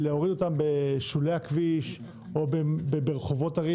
להוריד אותם בשולי הכביש או ברחובות ערים,